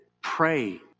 Pray